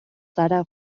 zara